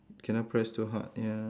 can I press too hard ya